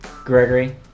Gregory